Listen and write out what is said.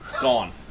gone